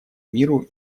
миру